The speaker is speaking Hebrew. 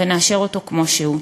ונאשר אותו כמו שהוא.